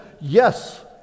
yes